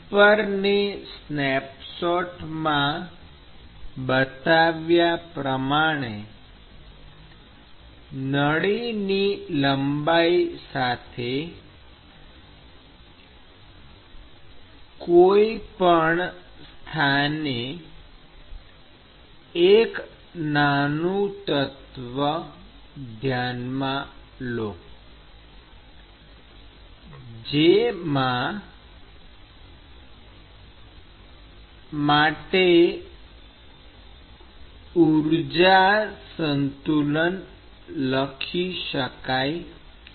ઉપરની સ્નેપશોટમાં બતાવ્યા પ્રમાણે નળીની લંબાઈ સાથે કોઈપણ સ્થાને એક નાનું તત્વ ધ્યાનમાં લો જેમાં માટે ઊર્જા સંતુલન લખી શકાય છે